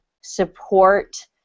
support